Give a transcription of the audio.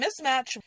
mismatch